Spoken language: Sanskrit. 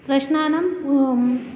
प्रश्नानां